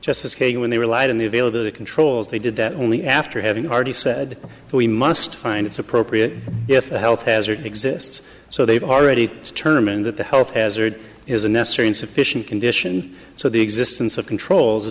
kagan when they relied on the availability controls they did that only after having already said we must find it's appropriate if a health hazard exists so they've already tournaments that the health hazard is a necessary and sufficient condition so the existence of controls or